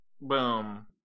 boom